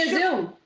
you zoom.